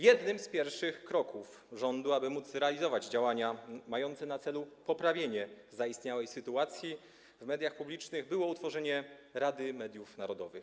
Jednym z pierwszych kroków rządu, aby móc realizować działania mające na celu poprawienie zaistniałej sytuacji w mediach publicznych, było utworzenie Rady Mediów Narodowych.